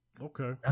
okay